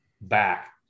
back